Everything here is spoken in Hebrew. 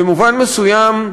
במובן מסוים,